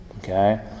Okay